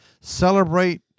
celebrate